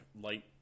light